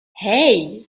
hey